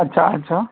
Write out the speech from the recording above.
अच्छा अच्छा